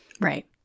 Right